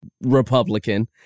Republican